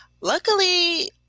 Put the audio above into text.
Luckily